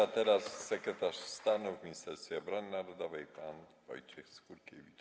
A teraz sekretarz stanu w Ministerstwie Obrony Narodowej pan Wojciech Skurkiewicz.